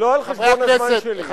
לא על חשבון הזמן שלי.